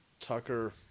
Tucker